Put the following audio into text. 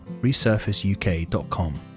resurfaceuk.com